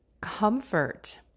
comfort